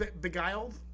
Beguiled